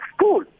school